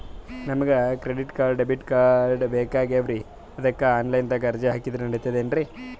ನಮಗ credit card, debit card ಬೇಕಾಗ್ಯಾವ್ರೀ ಅದಕ್ಕ ಆನಲೈನದಾಗ ಅರ್ಜಿ ಹಾಕಿದ್ರ ನಡಿತದೇನ್ರಿ?